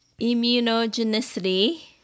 immunogenicity